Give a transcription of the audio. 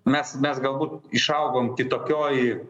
mes mes galbūt išaugom tokioj